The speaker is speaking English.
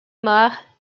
marr